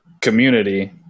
community